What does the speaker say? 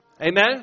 Amen